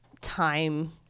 time